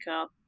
up